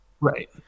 Right